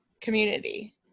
community